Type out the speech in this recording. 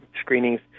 screenings